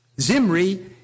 Zimri